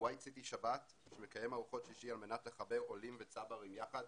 וויט סיטי שבת שמקיים ארוחות שישי על מנת לחבר עולים וצברים יחד.